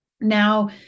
Now